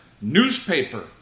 newspaper